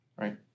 right